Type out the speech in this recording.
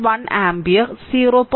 1 ampere 0